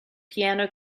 piano